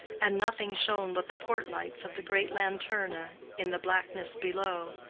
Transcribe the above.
and nothing shone but the port lights of the great lanterna in the blackness below,